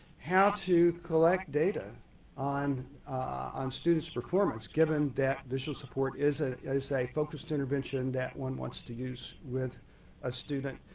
how to collect data on on students performance given that visual support is ah is a focused intervention that one wants to use with a student.